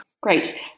Great